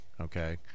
Okay